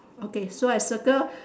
okay so I circle